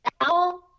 Al